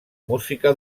música